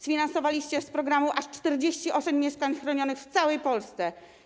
Sfinansowaliście z programu aż 48 mieszkań chronionych w całej Polsce.